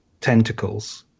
Tentacles